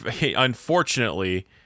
unfortunately